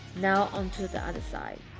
now on to the other side